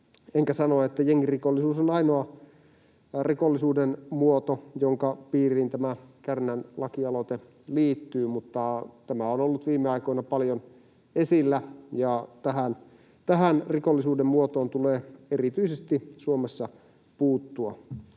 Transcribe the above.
Enkä sano, että jengirikollisuus on ainoa rikollisuuden muoto, jonka piiriin tämä Kärnän lakialoite liittyy, mutta tämä on ollut viime aikoina paljon esillä ja tähän rikollisuuden muotoon tulee erityisesti Suomessa puuttua.